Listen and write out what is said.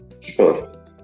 Sure